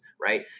right